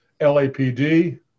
LAPD